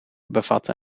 bevatte